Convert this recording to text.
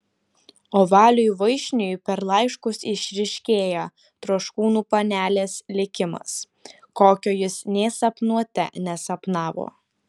o valiui vaišniui per laiškus išryškėja troškūnų panelės likimas kokio jis nė sapnuote nesapnavo